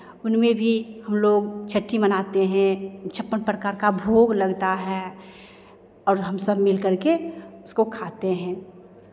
उनमें भी हम लोग छठी मनाते हें छप्पन प्रकार का भोग लगता है और हम सब मिलकर के उसको खाते हैं